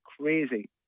crazy